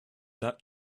that